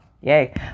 Yay